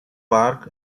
park